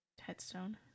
headstone